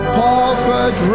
perfect